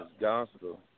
gospel